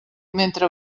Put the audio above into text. mentre